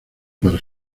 para